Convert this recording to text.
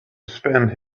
spend